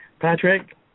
Patrick